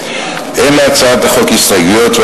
מקורו בהצעה של משרד המשפטים,